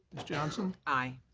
ms. johnson. aye.